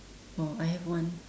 oh I have one